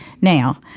Now